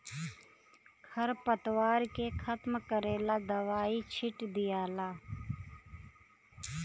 खर पतवार के खत्म करेला दवाई छिट दियाला